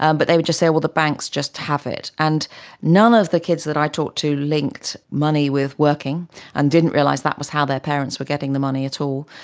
um but they will just say, well, the banks just have it. and none of the kids that i talked to linked money with working and didn't realise that was how their parents were getting the money at all.